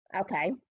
Okay